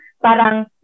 parang